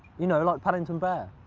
you know, like paddington bear.